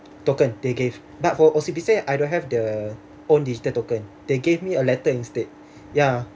token they gave but for O_C_B_C I don't have the own digital token they gave me a letter instead ya